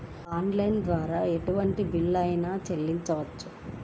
Online ద్వారా ఎటువంటి bill అయినా చెల్లించవచ్చా?